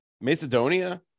Macedonia